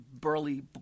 burly